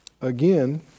again